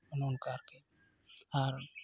ᱚᱱᱮ ᱚᱱᱠᱟ ᱟᱨᱠᱤ ᱟᱨ